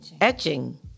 Etching